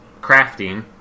crafting